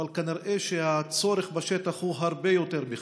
אבל כנראה הצורך בשטח הוא הרבה יותר מזה,